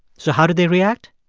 so how did they react?